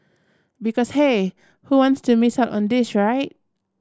because hey who wants to miss out on this right